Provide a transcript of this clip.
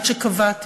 עד שקבעתי